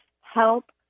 help